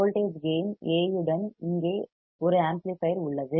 voltage gain A உடன் இங்கே ஒரு ஆம்ப்ளிபையர் உள்ளது